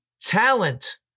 talent